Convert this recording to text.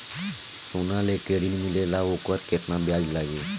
सोना लेके ऋण मिलेला वोकर केतना ब्याज लागी?